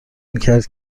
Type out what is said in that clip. میکرد